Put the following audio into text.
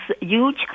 huge